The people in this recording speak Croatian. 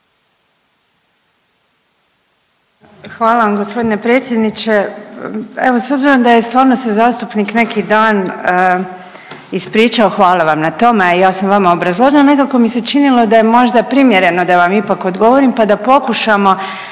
Hvala vam gospodine predsjedniče. Evo s obzirom da je stvarno se zastupnik neki dan ispričao hvala vam na tome, a ja sam vama obrazložila nekako mi se činilo da je možda primjereno da vam ipak odgovorim, pa da pokušamo